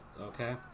okay